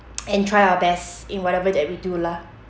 and try our best in whatever that we do lah